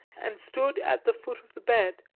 and stood at the foot of the bed,